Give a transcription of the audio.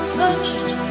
pushed